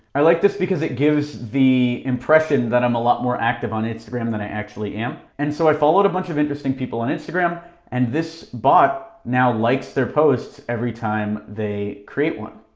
i like this because it gives the impression that i'm a lot more active on instagram than i actually am. and so i followed a bunch of interesting people on instagram and this bot now likes their posts every time they create one.